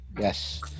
yes